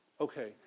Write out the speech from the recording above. Okay